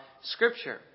Scripture